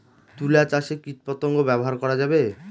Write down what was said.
তুলা চাষে কীটপতঙ্গ ব্যবহার করা যাবে?